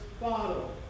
bottle